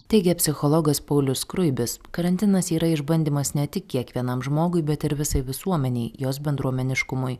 teigė psichologas paulius skruibis karantinas yra išbandymas ne tik kiekvienam žmogui bet ir visai visuomenei jos bendruomeniškumui